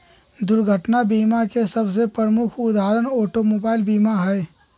दुर्घटना बीमा के सबसे प्रमुख उदाहरण ऑटोमोबाइल बीमा हइ